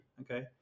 okay